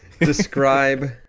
Describe